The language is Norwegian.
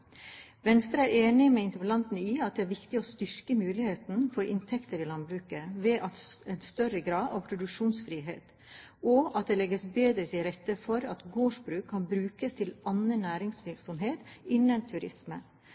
Venstre er enig med interpellanten i at det er viktig å styrke muligheten for inntekter i landbruket ved en større grad av produksjonsfrihet, og at det legges bedre til rette for at gårdsbruk kan brukes til annen næringsvirksomhet innen turisme.